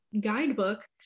guidebook